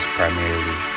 primarily